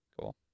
Cool